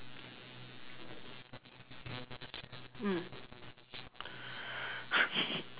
mm